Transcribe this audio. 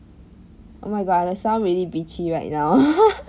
oh my god I sound really bitchy right now